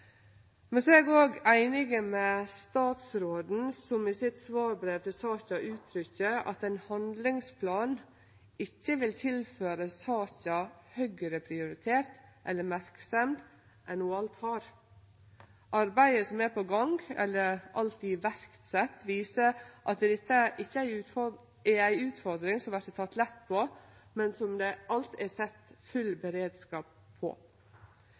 er òg einig med statsråden, som i svarbrevet sitt til saka uttrykkjer at ein handlingsplan ikkje vil tilføre saka høgare prioritet eller større merksemd enn ho alt har. Arbeidet som er på gang, eller alt sett i verk, viser at dette ikkje er ei utfordring som vert teke lett på, men som det alt er sett full beredskap på.